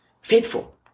faithful